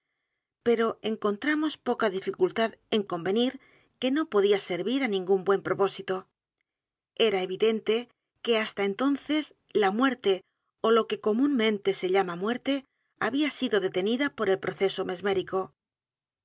pero encontra mos poca dificultad en convenir que no podía servir á ningún buen propósito e r a evidente que hasta entonces la muerte ó lo que comúnmente se llama muerte había sido detenida p o r el proceso mesmórico